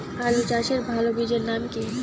আলু চাষের ভালো বীজের নাম কি?